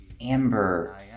amber